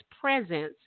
presence